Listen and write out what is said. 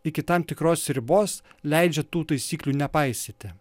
iki tam tikros ribos leidžia tų taisyklių nepaisyti